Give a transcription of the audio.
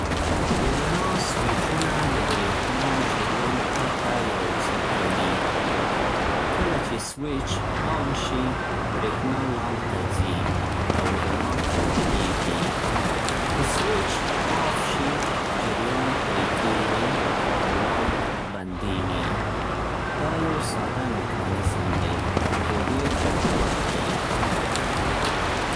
د رڼا سویچونه د برېښنا جریان قطع يا وصل کوي. کله چې سویچ آن شي، برېښنا لامپ ته ځي او رڼا تولیدېږي. که سویچ آف شي، جریان پرې کېږي او لامپ بندېږي. دا یو ساده میکانیزم دی، خو ډېر ګټور دی.